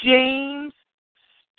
James